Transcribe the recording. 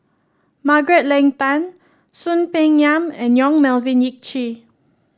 Margaret Leng Tan Soon Peng Yam and Yong Melvin Yik Chye